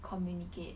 communicate